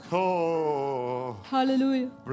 Hallelujah